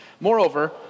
moreover